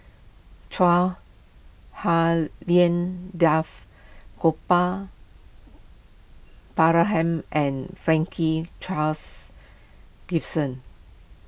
Chua Hak Lien Dave Gopal Baratham and Franklin Charles Gimson